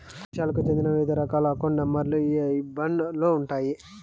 వివిధ దేశాలకు చెందిన వివిధ రకాల అకౌంట్ నెంబర్ లు ఈ ఐబాన్ లో ఉంటాయి